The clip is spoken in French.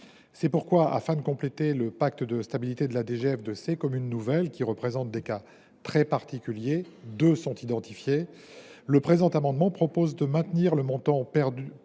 C’est pourquoi, afin de compléter le pacte de stabilité de la DGF de ces communes nouvelles, qui représentent des cas très particuliers – seules deux sont concernées –, le présent amendement vise à maintenir le montant